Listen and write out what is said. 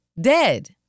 Dead